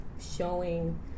showing